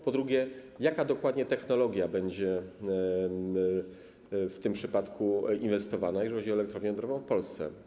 Po drugie, jaka dokładnie technologia będzie w tym przypadku zastosowana, jeżeli chodzi o elektrownię jądrową w Polsce?